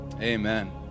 amen